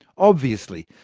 obviously,